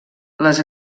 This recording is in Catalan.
les